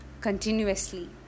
continuously